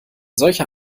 solcher